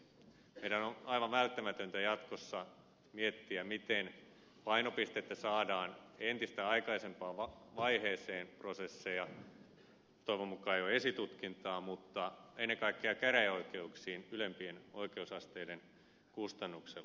meidän on aivan välttämätöntä jatkossa miettiä miten painopistettä saadaan entistä aikaisempaan vaiheeseen prosesseja toivon mukaan jo esitutkintaan mutta ennen kaikkea käräjäoikeuksiin ylempien oikeusasteiden kustannuksella